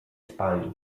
spali